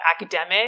academic